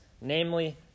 namely